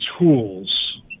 tools